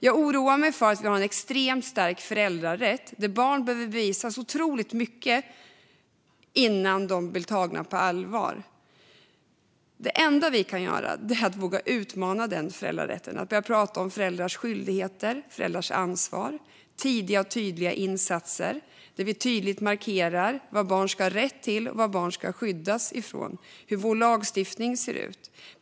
Jag oroar mig för att vi har en extremt stark föräldrarätt där barn behöver bevisa så otroligt mycket innan de blir tagna på allvar. Vi måste våga utmana denna föräldrarätt och börja prata om föräldrars skyldigheter och ansvar. Vi måste ha tidiga insatser där vi tydligt markerar vad barn har rätt till och vad barn ska skyddas från enligt vår lagstiftning.